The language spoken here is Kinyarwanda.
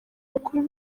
bakuru